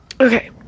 Okay